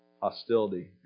hostility